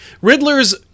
Riddler's